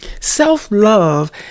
Self-love